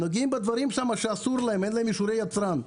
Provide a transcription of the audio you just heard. הם נוגעים בדברים שאסור להם, אין להם אישורי יצרן.